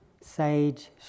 sage